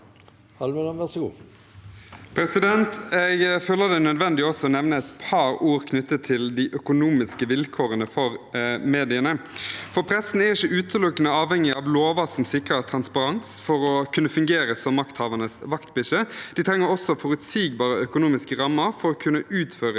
Almeland (V) Jeg føler det er nødvendig å si et par ord om de økonomiske vilkårene for mediene. Pressen er ikke utelukkende avhengig av lover som sikrer transparens for å kunne fungere som makthavernes vaktbikkje. De trenger også forutsigbare økonomiske rammer for å kunne utføre